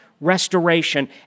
restoration